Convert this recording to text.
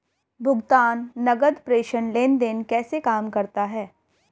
भुगतान नकद प्रेषण लेनदेन कैसे काम करता है?